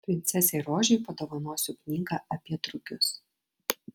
princesei rožei padovanosiu knygą apie drugius